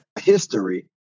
history